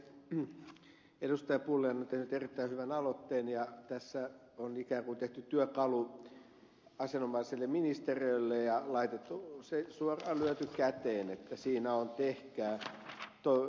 pulliainen on tehnyt erittäin hyvän aloitteen ja tässä on ikään kuin tehty työkalu asianomaiselle ministeriölle ja laitettu se lyöty käteen että siinä on tehkää